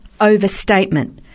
overstatement